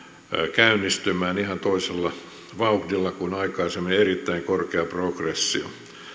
käynnistymään ihan toisella vauhdilla kuin aikaisemmin erittäin korkea progressio